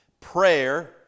Prayer